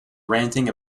ranting